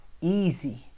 easy